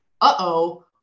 uh-oh